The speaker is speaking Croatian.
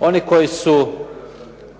Oni koji su